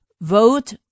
vote